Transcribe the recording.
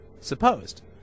supposed